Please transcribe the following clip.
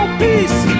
peace